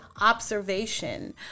observation